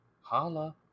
holla